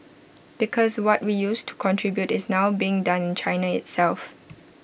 because what we used to contribute is now being done China itself